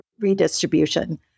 redistribution